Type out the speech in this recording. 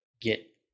get